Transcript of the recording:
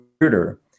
weirder